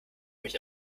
mich